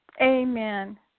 amen